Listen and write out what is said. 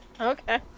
Okay